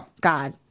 God